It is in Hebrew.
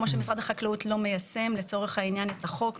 כמו שמשרד החקלאות לא מיישם לצורך העניין את החוק.